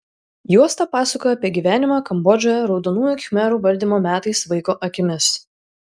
juosta pasakoja apie gyvenimą kambodžoje raudonųjų khmerų valdymo metais vaiko akimis